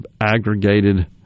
aggregated